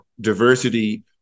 diversity